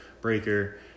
Breaker